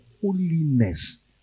holiness